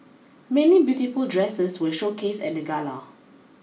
many beautiful dresses were showcased at the gala